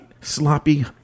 sloppy